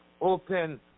open